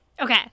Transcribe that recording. Okay